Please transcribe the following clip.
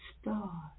star